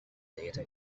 data